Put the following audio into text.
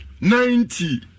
ninety